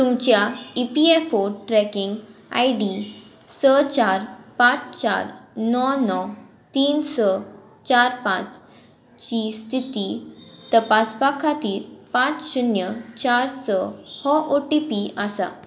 तुमच्या E P F O tracking I D स चार पांच चार णव णव तीन स चार पांच ची स्थिती तपासपा खातीर पांच शुन्य चार स हो ओ टी पी आसा